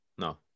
no